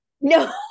no